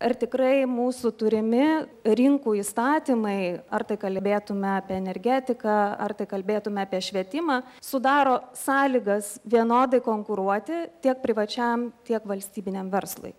ar tikrai mūsų turimi rinkų įstatymai ar tai kalbėtume apie energetiką ar kalbėtume apie švietimą sudaro sąlygas vienodai konkuruoti tiek privačiam tiek valstybiniam verslui